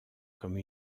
comme